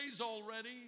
already